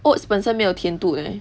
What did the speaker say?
what's 本身没有甜度的 eh